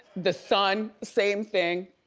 the son, same thing.